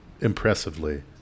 Impressively